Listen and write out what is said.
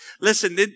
Listen